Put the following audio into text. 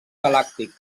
galàctic